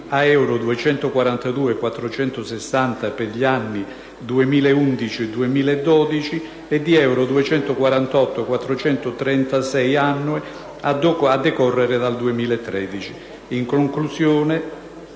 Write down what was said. a euro 242.460 per gli anni 2011 e 2012 ed euro 248.436 annui a decorrere dal 2013. La commissione